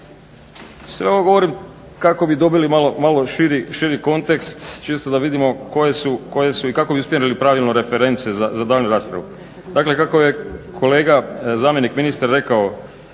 Sve ovo govorim kako bi dobili malo širi kontekst, čisto da vidimo koje su i kako bi usmjerili pravilno reference za daljnju raspravu. Dakle kako je kolega zamjenik ministra rekao